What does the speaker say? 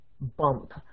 bump